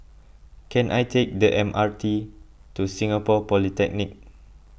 can I take the M R T to Singapore Polytechnic